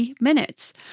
minutes